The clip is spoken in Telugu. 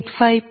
4285 p